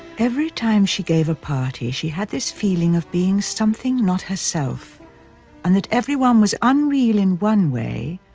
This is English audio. every time she gave a party, she had this feeling of being something not herself and that everyone was unreal in one way,